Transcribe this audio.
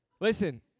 Listen